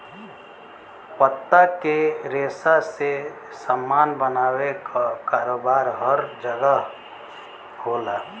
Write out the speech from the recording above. पत्ता के रेशा से सामान बनावे क कारोबार हर जगह होला